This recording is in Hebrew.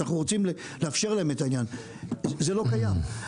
אנחנו רוצים לאפשר להם את העניין, זה לא קיים.